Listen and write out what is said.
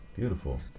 Beautiful